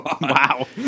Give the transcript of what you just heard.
wow